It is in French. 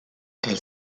elle